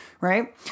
Right